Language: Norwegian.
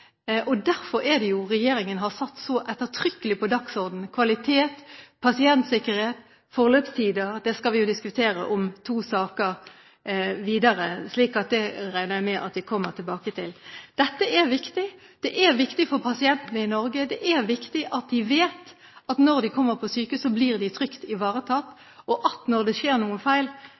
er derfor regjeringen har satt kvalitet, pasientsikkerhet og forløpstider så ettertrykkelig på dagsordenen. Det siste skal vi diskutere senere i dag, så det regner jeg med at vi kommer tilbake til. Dette er viktig. Det er viktig for pasientene i Norge. Det er viktig at de vet at når de kommer på sykehus, blir de trygt ivaretatt, og at når det skjer noe feil,